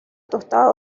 tostada